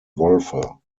wolfe